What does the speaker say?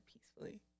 peacefully